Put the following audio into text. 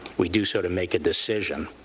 we do so to make a decision.